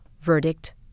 verdict